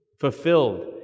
fulfilled